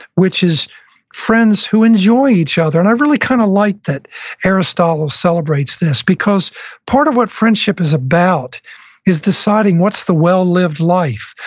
which is friends who enjoy each other. and i really kind of like that aristotle celebrates this, because part of what friendship is about is deciding what's the well-lived life.